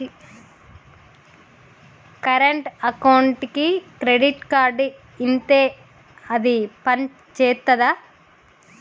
Current అకౌంట్కి credit card ఇత్తే అది పని చేత్తదా?